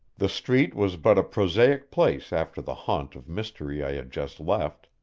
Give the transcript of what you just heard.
the street was but a prosaic place after the haunt of mystery i had just left.